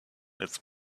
its